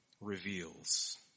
reveals